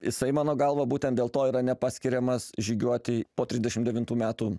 jisai mano galva būtent dėl to yra nepaskiriamas žygiuoti po trisdešim devintų metų